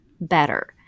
better